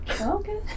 okay